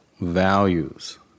values